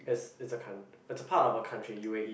yes it's a coun~ it's part of a country U_A_E